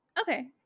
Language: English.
Okay